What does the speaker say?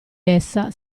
essa